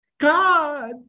God